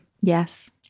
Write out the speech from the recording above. Yes